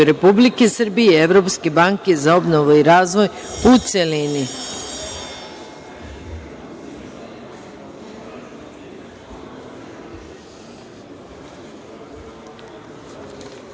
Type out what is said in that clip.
Republike Srbije i Evropske banke za obnovu i razvoj, u